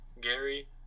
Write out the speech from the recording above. Gary